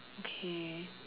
okay